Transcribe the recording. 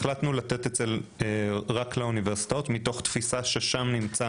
החלטנו לתת את זה רק לאוניברסיטאות מתוך תפיסה ששם נמצא